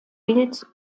bild